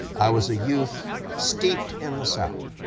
i was a youth steeped in the south.